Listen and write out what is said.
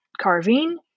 carving